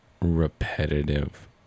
repetitive